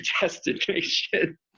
destination